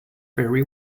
very